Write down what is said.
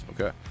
Okay